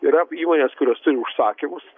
yra įmonės kurios turi užsakymus